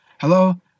hello